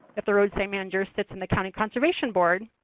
if the roadside manager sits in the county conservation board,